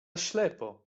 ślepo